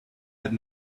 had